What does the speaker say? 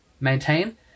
maintain